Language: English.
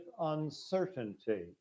uncertainty